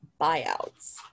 buyouts